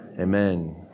Amen